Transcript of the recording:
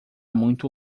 muito